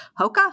hoka